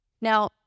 Now